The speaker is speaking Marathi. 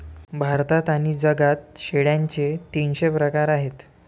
भारतात आणि जगात शेळ्यांचे तीनशे प्रकार आहेत